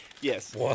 Yes